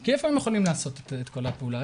כי איפה הם יכולים לעשות את כל הפעולה?